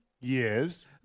Yes